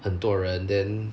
很多人 then